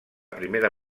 primera